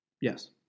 yes